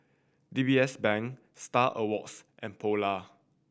D B S Bank Star Awards and Polar